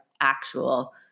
actual